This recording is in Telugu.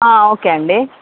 ఓకే అండీ